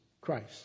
Christ